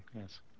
Yes